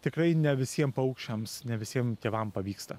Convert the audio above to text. tikrai ne visiem paukščiams ne visiem tėvam pavyksta